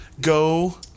go